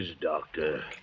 Doctor